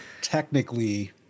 Technically